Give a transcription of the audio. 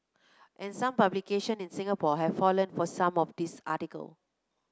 and some publication in Singapore have fallen for some of these article